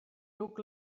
look